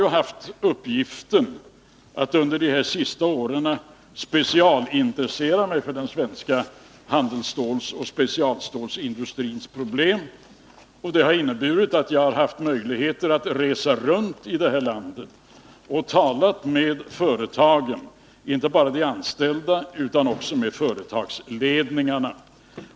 Jag har under de senaste åren haft uppgiften att specialintressera mig för den svenska handelsstålsoch specialstålsindustrins problem. Det har inneburit att jag haft möjligheter att resa runt i det här landet och tala med företagen — inte bara med de anställda utan också med företagsledningarna.